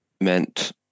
meant